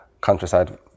countryside